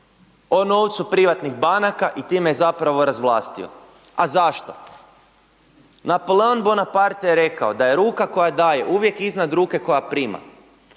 o novcu privatnih banaka i time je zapravo razvlastio. A zašto? Napoleon Bonaparte je rekao da je ruka koja daje uvijek iznad ruke koja prima.